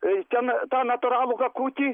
ten tą natūralų kakutį